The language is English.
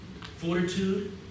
Fortitude